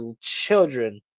children